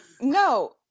No